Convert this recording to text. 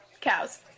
Cows